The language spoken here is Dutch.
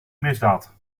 misdaad